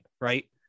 Right